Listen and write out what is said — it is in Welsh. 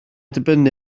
dibynnu